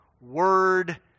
word